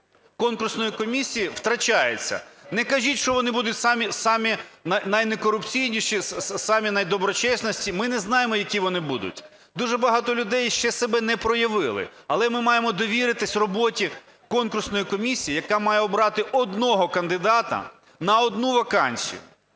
конкурсної комісії втрачається. Не кажіть, що вони будуть самі найнекорупційніші, самі найдоброчесніші, ми не знаємо, які вони будуть. Дуже багато людей ще себе не проявили. Але ми маємо довіритись роботі конкурсної комісії, яка має обрати одного кандидата на одну вакансію.